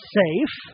safe